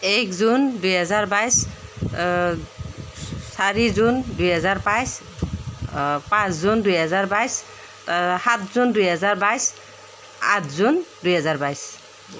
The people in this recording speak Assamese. এক জুন দুহেজাৰ বাইছ চাৰি জুন দুহেজাৰ বাইছ পাঁচ জুন দুহেজাৰ বাইছ সাত জুন দুহেজাৰ বাইছ আঠ জুন দুহেজাৰ বাইছ